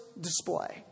display